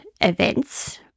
events